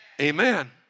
Amen